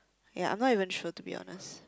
ya I'm not even sure to be honest